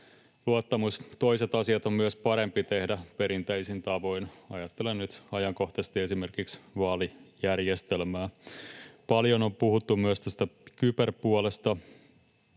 luottamus. Toiset asiat on myös parempi tehdä perinteisin tavoin. Ajattelen nyt ajankohtaisesti esimerkiksi vaalijärjestelmää. Paljon on puhuttu myös tästä kyberpuolesta,